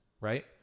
right